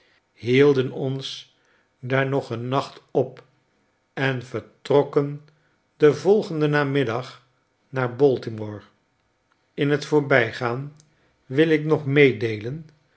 hielden ons daar nog een nacht op en vertrokken den volgenden nadenmiddag naar baltimore in t voorbygaan wil ik nog meedeelen